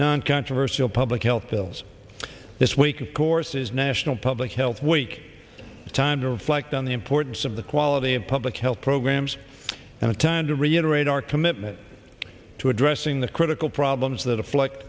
non controversial public health bills this week of course is national public health week time to reflect on the importance of the quality of public health programs and a time to reiterate our commitment to addressing the critical problems that affli